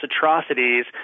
atrocities